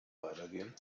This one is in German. weitergehen